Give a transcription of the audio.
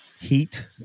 heat